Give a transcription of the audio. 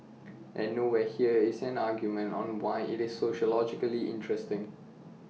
and nowhere here is an argument on why IT is sociologically interesting